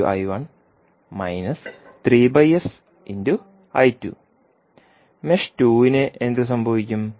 mesh 2 ന് എന്ത് സംഭവിക്കും